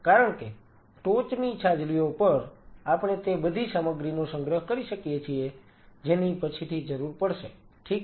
કારણ કે ટોચની છાજલીઓ પર આપણે તે બધી સામગ્રીનો સંગ્રહ કરી શકીએ છીએ જેની પછીથી જરૂર પડશે ઠીક છે